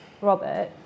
Robert